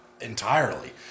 entirely